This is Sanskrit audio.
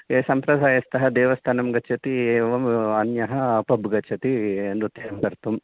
ये सम्प्रदायस्थः देवस्थानं गच्छति एवम् अन्यः पब् गच्छति नृत्यं कर्तुम्